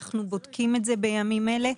אנחנו בודקים את זה בימים אלה.